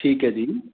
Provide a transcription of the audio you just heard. ਠੀਕ ਹੈ ਜੀ